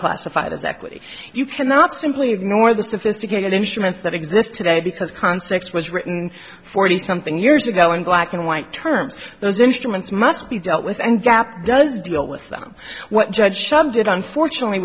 classified as equity you cannot simply ignore the sophisticated instruments that exist today because context was written forty something years ago in black and white terms those instruments must be dealt with and gap does deal with them what judge shum did unfortunately